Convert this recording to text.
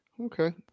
Okay